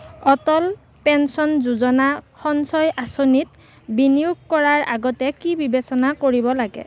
অটল pension Yojana সঞ্চয় আঁচনিত বিনিয়োগ কৰাৰ আগতে কি বিবেচনা কৰিব লাগে